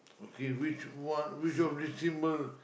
okay which one which of